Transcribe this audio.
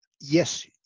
yes